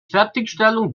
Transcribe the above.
fertigstellung